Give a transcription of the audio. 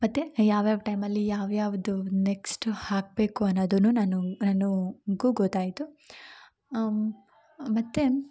ಮತ್ತು ಯಾವ ಯಾವ ಟೈಮಲ್ಲಿ ಯಾವ ಯಾವುದು ನೆಕ್ಸ್ಟ್ ಹಾಕಬೇಕು ಅನ್ನೊದನ್ನು ನಾನು ನನಗು ಗೊತ್ತಾಯ್ತು ಮತ್ತು